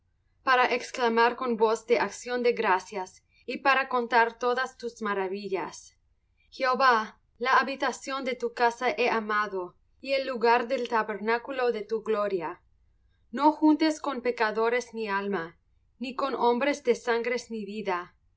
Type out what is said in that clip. para exclamar con voz de acción de gracias y para contar todas tus maravillas jehová la habitación de tu casa he amado y el lugar del tabernáculo de tu gloria no juntes con los pecadores mi alma ni con los hombres de sangres mi vida